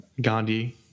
Gandhi